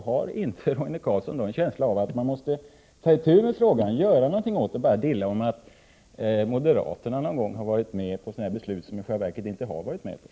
Har inte Roine Carlsson en känsla av att regeringen måste ta itu med frågan och göra någonting åt den, i stället för att bara dilla om att moderaterna någon gång har varit med om att fatta beslut som vi i själva verket inte har varit med om?